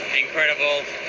incredible